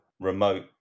remote